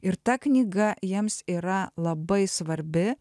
ir ta knyga jiems yra labai svarbi